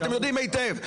אתם יודעים היטב.